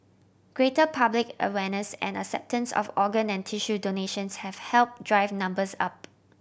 greater public awareness and acceptance of organ and tissue donations have helped drive numbers up